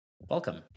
welcome